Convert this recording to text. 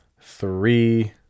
three